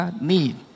need